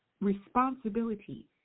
responsibility